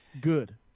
Good